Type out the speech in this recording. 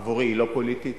עבורי היא לא פוליטית,